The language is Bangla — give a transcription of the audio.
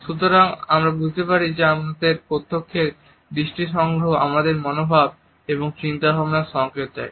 সুতরাং আমরা বুঝতে পারি যে আমাদের প্রত্যক্ষ দৃষ্টি সংগ্রহ আমাদের মনোভাব এবং চিন্তাভাবনার সংকেত দেয়